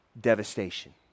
devastation